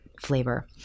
flavor